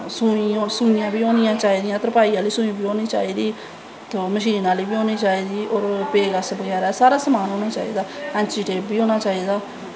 सूइयां बी होंनियां चाही दियां तरपाई आह्ली सूई बी होनीं चाही दी मशीन आह्ली बी होनीं चाही दी पेजकस सारा समान होनां चाही दा ऐंचीटेप बी होनां चाही दा